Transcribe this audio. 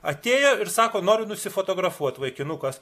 atėjo ir sako noriu nusifotografuot vaikinukas